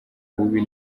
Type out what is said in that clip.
bubi